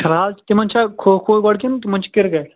فِلحال تِمَن چھا کھو کھو گۄڈٕ کِنہٕ تِمَن چھِ کِرکَٹ